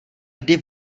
kdy